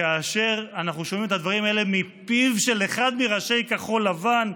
וכאשר אנחנו שומעים את הדברים האלה מפיו של אחד מראשי כחול לבן,